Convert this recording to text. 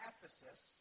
Ephesus